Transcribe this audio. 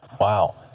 wow